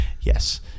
Yes